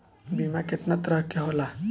बीमा केतना तरह के होला?